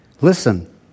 Listen